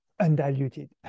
undiluted